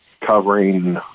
covering